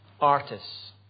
artists